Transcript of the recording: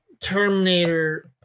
Terminator